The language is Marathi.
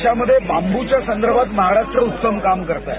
देशामध्ये बांबूच्या संदर्भात महाराष्ट्र उत्तम काम करतंय